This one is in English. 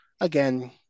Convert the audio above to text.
Again